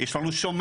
יש לנו שומר,